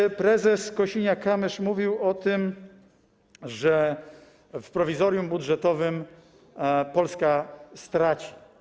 Pan prezes Kosiniak-Kamysz mówił o tym, że przy prowizorium budżetowym Polska straci.